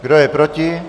Kdo je proti?